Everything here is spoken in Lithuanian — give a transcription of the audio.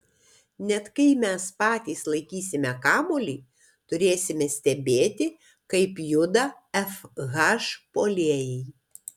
net kai mes patys laikysime kamuolį turėsime stebėti kaip juda fh puolėjai